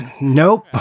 Nope